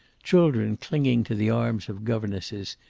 children clinging to the arms of governesses,